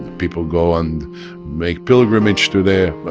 people go and make pilgrimage to there.